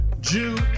Jew